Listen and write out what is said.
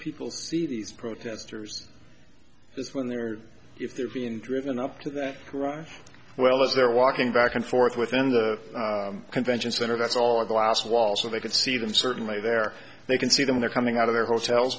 people see these protesters is when they're if they're being driven up to that right well as they're walking back and forth within the convention center that's all glass wall so they can see them certainly there they can see them they're coming out of their hotels